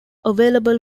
available